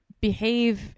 behave